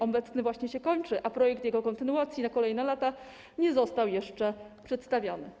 Obecny program właśnie się kończy, a projekt jego kontynuacji na kolejne lata nie został jeszcze przedstawiony.